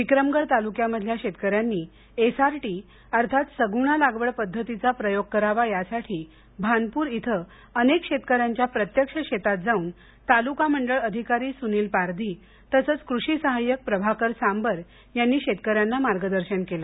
विक्रमगड तालुक्या मधल्या शेतकऱ्यांनी एसआरटी अर्थात सगुणा लागवड पद्धतीचा प्रयोग करावा यासाठी भानपुर इथं अनेक शेतकऱ्यांच्या प्रत्यक्ष शेतात जाऊन तालुका मंडळ अधिकारी सुनील पारधी तसचं कृषी सहाय्यक प्रभाकर सांबर यांनी शेतकऱ्यांना मार्गदर्शन केलं